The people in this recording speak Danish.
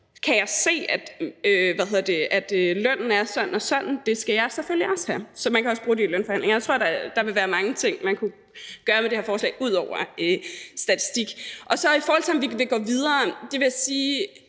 lønnen på det her niveau, og det skal jeg selvfølgelig også have. Så man kan også bruge det i lønforhandlinger. Og jeg tror, der vil være mange ting, man kunne gøre med det her forslag ud over at bruge det til statistik. I forhold til om vi vil gå videre, vil jeg sige,